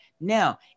Now